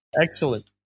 Excellent